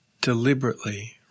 deliberately